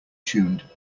tuned